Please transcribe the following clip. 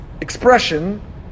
expression